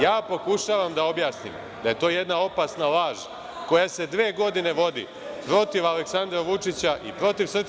Ja pokušavam da objasnim da je to jedna opasna laž koja se dve godine vodi protiv Aleksandra Vučića i protiv SNS.